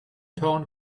torn